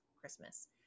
Christmas